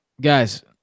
Guys